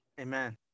Amen